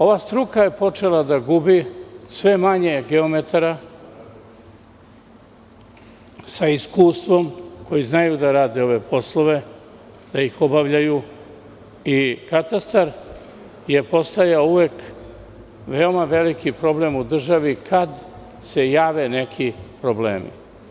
Ova struka je počela da gubi, sve je manje geometara sa iskustvom koji znaju da rade ove poslove, da ih obavljaju i katastar je postajao uvek veoma veliki problem u državi kada se pojavljuju neki problemi.